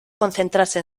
concentrarse